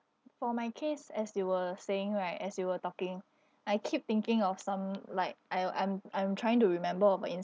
for my case as they were saying right as we were talking I keep thinking of some like I I'm I'm trying to remember about ins~